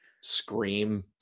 scream